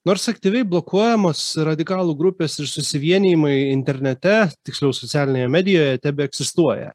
nors aktyviai blokuojamos radikalų grupės ir susivienijimai internete tiksliau socialinėje medijoje tebeegzistuoja